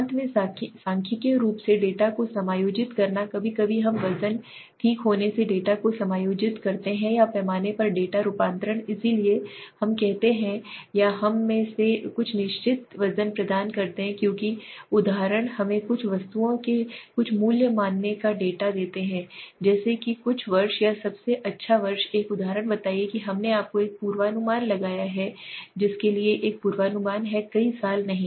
अंत में सांख्यिकीय रूप से डेटा को समायोजित करना कभी कभी हम वज़न ठीक होने से डेटा को समायोजित करते हैं या पैमाने पर डेटा रूपांतरण इसलिए हम करते हैं या हम या में या कुछ निश्चित वजन प्रदान करते हैं उदाहरण हमें कुछ वस्तुओं के कुछ मूल्य मानने का डेटा देते हैं जैसे कि कुछ वर्ष या सबसे अच्छा एक उदाहरण बताइए कि हमने आपको एक पूर्वानुमान लगाया है जिसके लिए एक पूर्वानुमान है कई साल सही